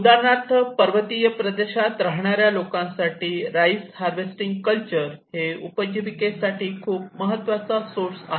उदाहरणार्थ पर्वतीय प्रदेशात राहणाऱ्या लोकांसाठी राईस हार्वेस्टिंग कल्चर हे उपजीविकेसाठी खूप महत्त्वाचे सोर्स आहे